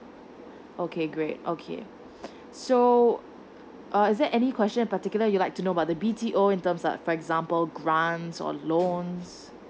okay great okay so uh is there any question particular you like to know about the B_T_O in terms uh for example grants or loans